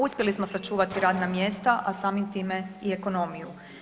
Uspjeli smo sačuvati radna mjesta, a samim time i ekonomiju.